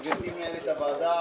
גברתי מנהלת הוועדה,